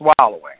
swallowing